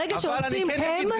ברגע שעושים הם ואנחנו.